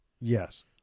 yes